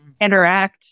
interact